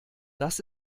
das